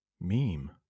meme